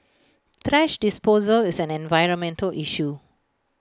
thrash disposal is an environmental issue